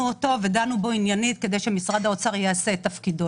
אותו ודנו בו עניינית כדי שמשרד האוצר יעשה את תפקידו.